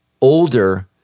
older